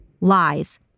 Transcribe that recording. Lies